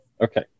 Okay